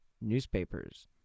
newspapers